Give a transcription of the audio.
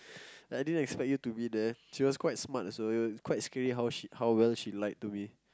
I didn't expect you to be there she was quite smart so it was quite scary how well she lied to me